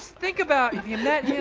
think about the